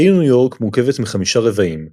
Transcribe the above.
העיר ניו יורק מורכבת מחמישה רבעים הברונקס,